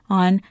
on